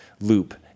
loop